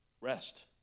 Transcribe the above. Rest